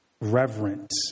reverence